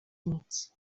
nic